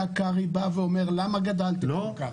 קרעי היה שואל למה גדלנו כל כך.